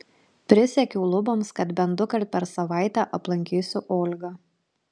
prisiekiau luboms kad bent dukart per savaitę aplankysiu olgą